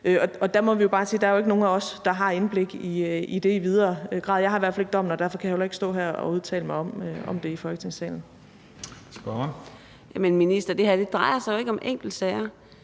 og der må vi jo bare sige, at der ikke er nogen af os, der har indblik i det i videre grad. Jeg har i hvert fald ikke dommen, og derfor kan jeg jo heller ikke stå her og udtale mig om det i Folketingssalen.